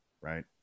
right